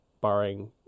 barring